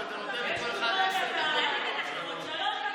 לקטי יש תלונות שאתה נותן לכל אחד, עוד שלוש דקות.